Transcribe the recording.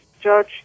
judge